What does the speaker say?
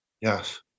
Yes